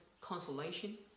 consolation